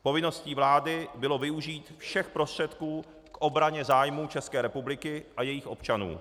Povinností vlády bylo využít všech prostředků k obraně zájmů České republiky a jejích občanů.